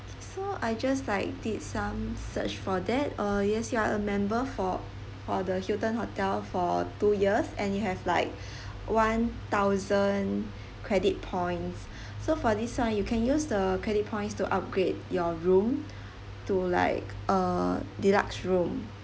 so I just like did some search for that uh yes you are a member for for the hilton hotel for two years and you have like one thousand credit points so for this one you can use the credit points to upgrade your room to like a deluxe room